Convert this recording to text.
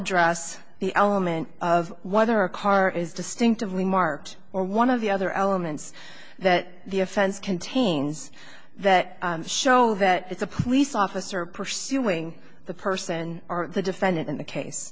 address the element of what her car is distinctively marked or one of the other elements that the offense contains that show that it's a police officer pursuing the person or the defendant in the case